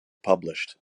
published